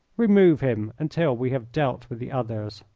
remove him until we have dealt with the others.